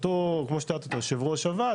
כמו שאמרת יושב ראש הוועד,